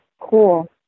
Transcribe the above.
cool